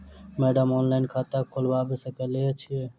Madam online खाता खोलबा सकलिये छीयै?